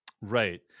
right